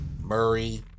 Murray